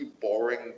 boring